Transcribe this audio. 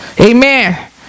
Amen